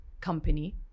company